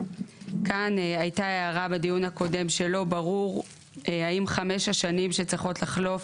כאן הייתה הערה בדיון הקודם שלא ברור האם חמש השנים שצריכות לחלוף